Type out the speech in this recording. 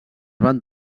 van